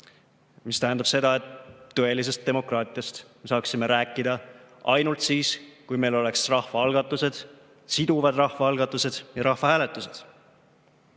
See tähendab seda, et tõelisest demokraatiast me saaksime rääkida ainult siis, kui meil oleks rahvaalgatused, siduvad rahvaalgatused, ja rahvahääletused.